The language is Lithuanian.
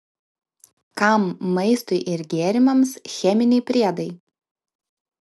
kam maistui ir gėrimams cheminiai priedai